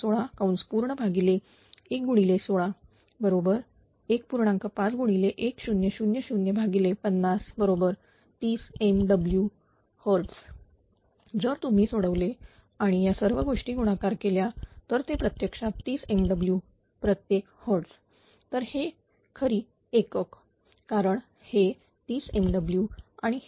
5100050 30 MWHz जर तुम्ही सोडवले आणि या सर्व गोष्टी गुणाकार केल्या तर ते प्रत्यक्षात 30 MW प्रत्येक hertz तर हे खरी एकक कारण हे 30 MW आणि हे hertz